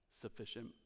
sufficient